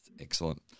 Excellent